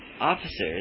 Officers